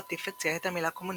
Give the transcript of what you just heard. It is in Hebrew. רטיף הציע את המילה "קומוניזם"